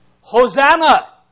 Hosanna